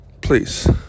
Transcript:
please